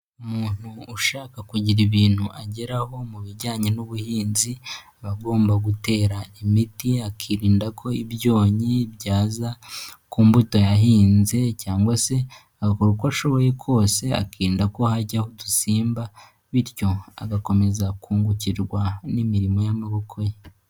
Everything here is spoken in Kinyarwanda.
Umuntu ushaka kugira ibintu ageraho mu bijyanye n'ubuhinzi, aba agomba gutera imiti akirinda ko ibyonyi byaza ku mbuto yahinze cyangwa se agakora uko ashoboye kose akirinda ko hajyaho udusimba, bityo agakomeza kungukirwa n'imirimo y'amaboko ye.